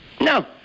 No